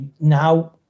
now